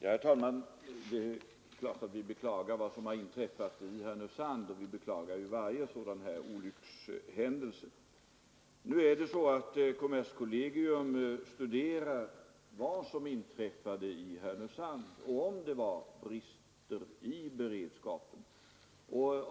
Herr talman! Självfallet beklagar vi vad som har inträffat i Härnösand och vi beklagar varje sådan här olyckshändelse. Nu studerar kommerskollegium vad som inträffade i Härnösand och om det var brister i beredskapen.